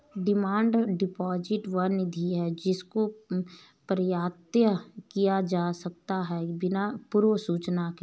demand deposit वह निधि है जिसको प्रत्याहृत किया जा सकता है बिना पूर्व सूचना के